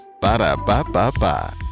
Ba-da-ba-ba-ba